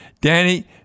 Danny